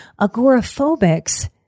Agoraphobics